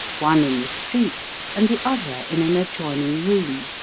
one in the street and the other in an adjoining room.